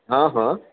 हँ हँ